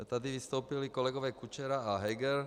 Tady vystoupili kolegové Kučera a Heger.